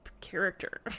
character